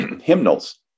hymnals